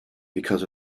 because